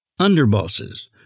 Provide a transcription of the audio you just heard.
underbosses